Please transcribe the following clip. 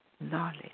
knowledge